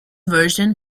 version